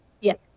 Yes